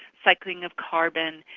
cycling of carbon,